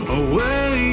away